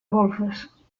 golfes